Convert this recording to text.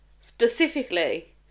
Specifically